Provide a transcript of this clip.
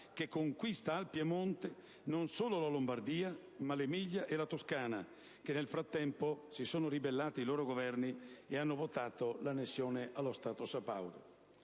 che annette al Piemonte non solo la Lombardia ma anche l'Emilia e la Toscana, che nel frattempo si sono ribellate ai loro governi e hanno votato l'annessione allo Stato sabaudo.